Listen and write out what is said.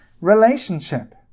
relationship